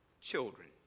children